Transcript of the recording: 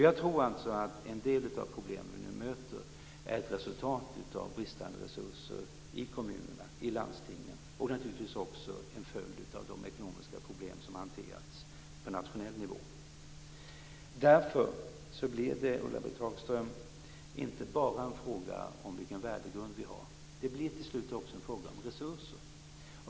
Jag tror alltså att en del av problemen är ett resultat av bristande resurser i kommuner och landsting och naturligtvis också en följd av de ekonomiska problem som hanterats på nationell nivå. Därför är det, Ulla-Britt Hagström, inte bara en fråga om vilken värdegrund vi har. Det blir till slut också en fråga om resurser.